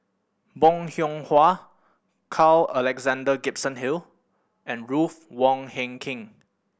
Bong Hiong Hwa Carl Alexander Gibson Hill and Ruth Wong Hie King